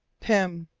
pym!